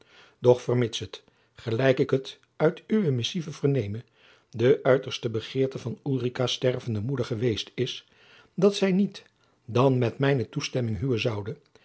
vermits het gelijk ik het uit uwe missive verneme de uiterste begeerte van ulricaas stervende moeder geweest is jacob van lennep de pleegzoon dat zij niet dan met mijne toestemming huwen zoude